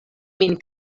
min